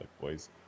boys